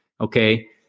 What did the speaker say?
okay